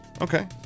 Okay